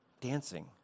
dancing